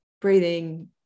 breathing